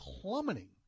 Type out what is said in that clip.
plummeting